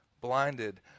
Blinded